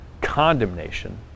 condemnation